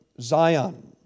Zion